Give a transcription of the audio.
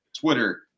Twitter